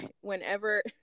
whenever